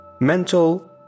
mental